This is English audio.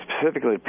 specifically